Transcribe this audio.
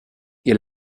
ihr